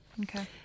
Okay